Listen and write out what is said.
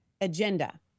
agenda